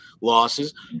losses